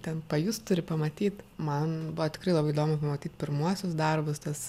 ten pajust turi pamatyt man buvo tikrai labai įdomu pamatyt pirmuosius darbus tas